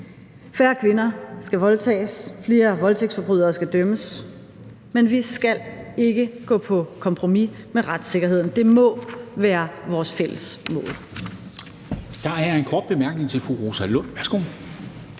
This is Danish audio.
Færre kvinder skal voldtages, flere voldtægtsforbrydere skal dømmes, men vi skal ikke gå på kompromis med retssikkerheden. Det må være vores fælles mål.